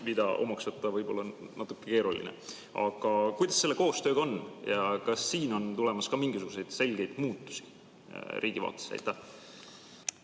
mida omaks võtta võib-olla on natukene keeruline. Aga kuidas selle koostööga on ja kas siin on tulemas ka mingisuguseid selgeid muutusi riigi vaates? Ruhnu